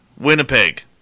Winnipeg